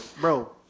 bro